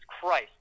Christ